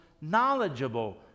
knowledgeable